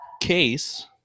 case